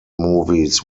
movies